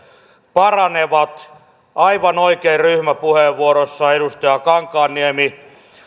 paranevat aivan oikein ryhmäpuheenvuorossa edustaja kankaanniemi